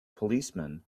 policemen